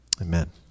Amen